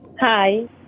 Hi